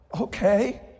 okay